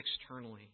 externally